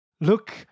Look